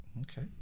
okay